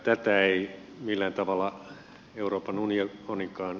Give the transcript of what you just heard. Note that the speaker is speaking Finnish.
tätä ei millään tavalla euroopan unionikaan estä